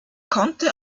konnte